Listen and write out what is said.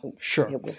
Sure